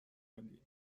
عالی